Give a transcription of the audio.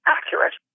Accurate